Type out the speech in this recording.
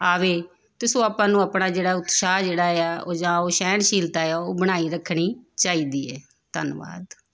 ਆਵੇ ਅਤੇ ਸੋ ਆਪਾਂ ਨੂੰ ਆਪਣਾ ਜਿਹੜਾ ਉਤਸ਼ਾਹ ਜਿਹੜਾ ਆ ਉਹ ਜਾਂ ਉਹ ਸਹਿਣਸ਼ੀਲਤਾ ਆ ਉਹ ਬਣਾਈ ਰੱਖਣੀ ਚਾਹੀਦੀ ਹੈ ਧੰਨਵਾਦ